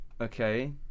okay